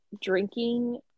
drinking